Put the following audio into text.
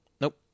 Nope